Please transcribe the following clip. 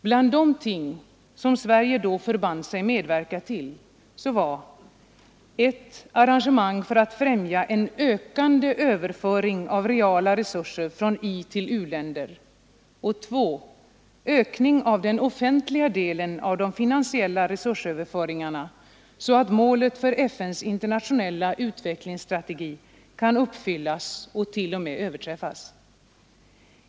Bland de ting som Sverige då förband sig medverka till var dels arrangemang för att främja en ökande överföring av reala resurser från itill u-länder, dels ökning av den offentliga delen av de finansiella resursöverföringarna så att målet för FN:s internationella utvecklingsstrategi kan uppfyllas och t.o.m. överträffas.